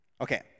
Okay